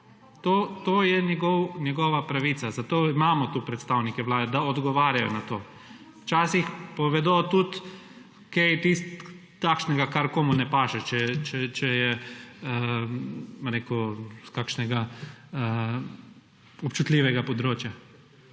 To je njegova pravica, zato imamo tukaj predstavnike Vlade, da odgovarjajo na to. Včasih povedo tudi kaj takšnega kar komu ne paše, če je, bom rekel, iz kakšnega občutljivega področja.